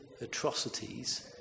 atrocities